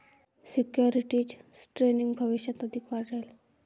securities trading भविष्यात अधिक वाढेल